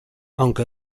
aunque